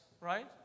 right